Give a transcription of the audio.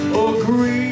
agree